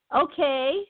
Okay